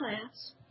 class